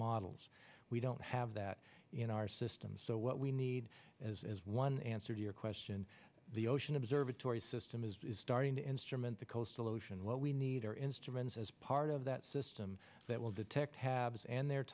models we don't have that in our system so what we need as as one answered your question the ocean observatory system is starting to instrument the coastal ocean what we need are instruments as part of that system that will detect tabs and their